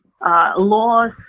Laws